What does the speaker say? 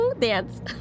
dance